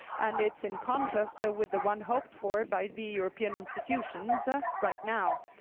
and it's in contrast ah with the one hoped for by the european institutions right now.